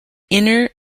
inner